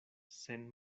sen